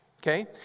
Okay